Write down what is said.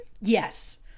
Yes